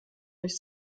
durch